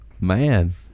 Man